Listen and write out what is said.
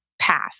path